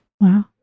Wow